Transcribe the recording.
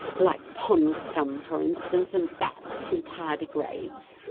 like pond scum for instance, and bats and tardigrades.